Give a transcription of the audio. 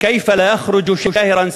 כּיפ לא יח'רג' שאהרן סיפה,